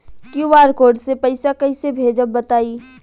QR code से पईसा कईसे भेजब बताई?